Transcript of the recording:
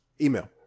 Email